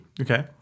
Okay